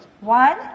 one